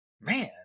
man